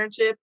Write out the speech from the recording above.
internship